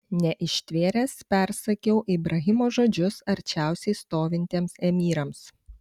neištvėręs persakiau ibrahimo žodžius arčiausiai stovintiems emyrams